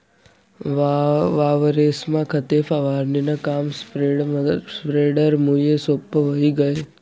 वावरेस्मा खते फवारणीनं काम स्प्रेडरमुये सोप्पं व्हयी गय